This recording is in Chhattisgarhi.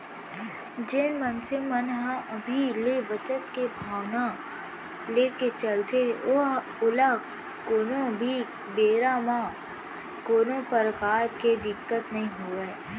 जेन मनसे मन ह अभी ले बचत के भावना लेके चलथे ओला कोनो भी बेरा म कोनो परकार के दिक्कत नइ होवय